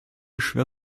schwer